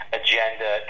agenda